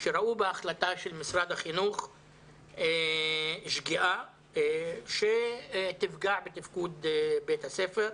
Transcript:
שראו בהחלטה של משרד החינוך שגיאה שתפגע בתפקוד בית הספר,